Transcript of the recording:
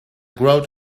growth